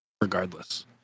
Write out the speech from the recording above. regardless